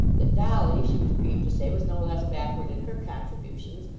that dolly, she was grieved to say, was no less backward in her contributions,